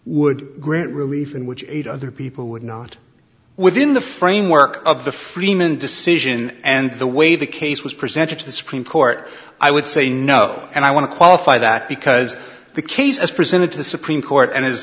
would grant relief in which eight other people would not within the framework of the freeman decision and the way the case was presented to the supreme court i would say no and i want to qualify that because the case is presented to the supreme court and